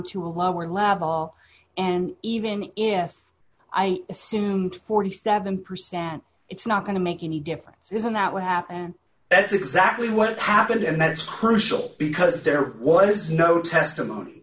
to a lower level and even if i assumed forty seven percent it's not going to make any difference isn't that what happened and that's exactly what happened and that's crucial because there was no testimony